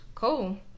Cool